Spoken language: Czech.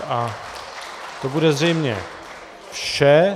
A to bude zřejmě vše.